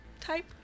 type